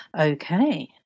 Okay